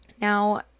Now